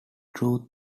truth